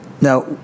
Now